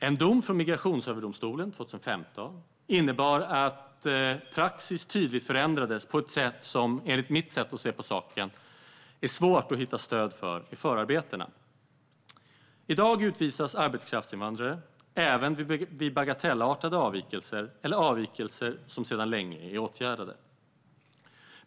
En dom från Migrationsöverdomstolen 2015 innebar att praxis tydligt förändrades på ett sätt som enligt mitt sätt att se på saken är svårt att hitta stöd för i förarbetena. I dag utvisas arbetskraftsinvandrare även vid bagatellartade avvikelser eller avvikelser som sedan länge är åtgärdade.